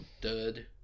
dud